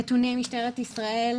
נתוני משטרת ישראל,